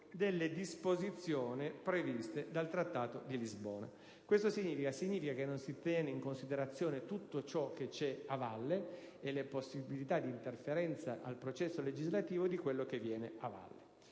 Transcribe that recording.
delle disposizioni previste dal Trattato di Lisbona. Questo significa che non si tengono in considerazione tutto ciò che c'è a valle e le possibilità di interferenza con il processo legislativo di quello che avviene a valle: